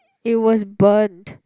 it was burnt